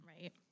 right